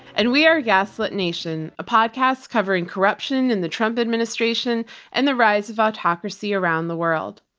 and we are gaslit nation, a podcast covering corruption in the trump administration and the rise of autocracy around the world.